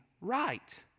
right